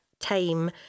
time